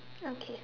okay